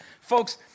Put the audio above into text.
Folks